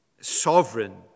sovereign